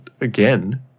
again